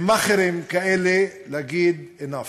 למאכערים כאלה, להגיד enough